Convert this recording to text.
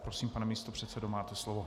Prosím, pane místopředsedo, máte slovo.